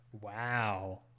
Wow